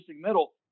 middle